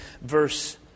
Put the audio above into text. verse